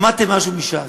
למדתם משהו מש"ס.